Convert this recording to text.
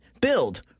Build